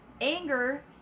Anger